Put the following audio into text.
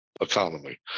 economy